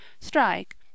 Strike